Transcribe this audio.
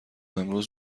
امروز